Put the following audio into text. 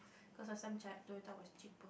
cause last time Toyota was cheaper